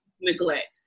neglect